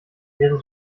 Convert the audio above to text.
wäre